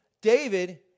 David